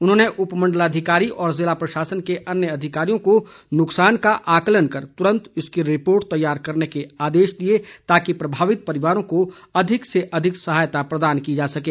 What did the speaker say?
उन्होंने उपमंडलाधिकारी और जिला प्रशासन के अन्य अधिकारियों को नुकसान का आकंलन कर तुरंत इसकी रिपोर्ट तैयार करने के आदेश दिए ताकि प्रभावित परिवारों को अधिक से अधिक सहायता प्रदान की जा सकें